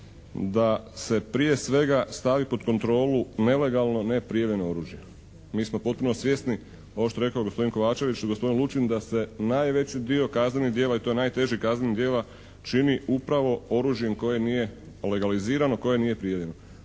da se prije svega stavi pod kontrolu nelegalno, neprijavljeno oružje. Mi smo potpuno svjesni, ovo što je rekao gospodin Kovačević i gospodin Lučin, da se najveći dio kaznenih djela i to najtežih kaznenih djela čini upravo oružjem koje nije legalizirano, koje nije prijavljeno.